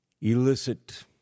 elicit